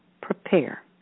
prepare